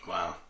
Wow